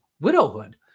widowhood